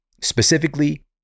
specifically